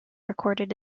recorded